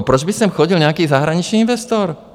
Proč by sem chodil nějaký zahraniční investor?